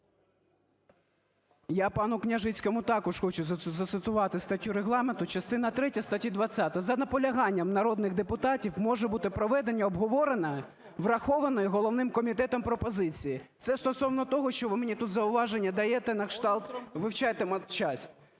Я пану Княжицькому також хочу зацитувати статтю Регламенту, частина третя статті 20: "За наполяганням народних депутатів може бути проведене обговорення врахованої головним комітетом пропозиції". Це стосовно того, що ви мені тут зауваження даєте на кшталт вивчайте матчасть.